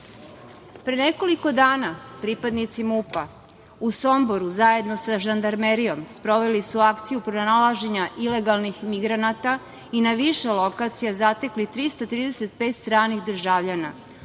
nekoliko dana pripadnici MUP-a u Somboru zajedno sa Žandarmerijom sproveli su akciju pronalaženja ilegalnih migranata i na više lokacija zatekli 335 stranih državljana.